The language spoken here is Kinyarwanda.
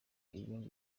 ibindi